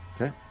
Okay